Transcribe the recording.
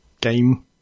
game